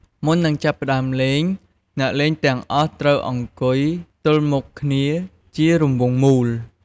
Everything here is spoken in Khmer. មុននឹងចាប់ផ្តើមលេង អ្នកលេងទាំងអស់ត្រូវ អង្គុយទល់មុខគ្នាជារង្វង់មូល។